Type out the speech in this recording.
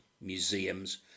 museums